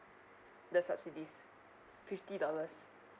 the subsidies fifty dollars